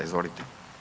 Izvolite.